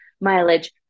mileage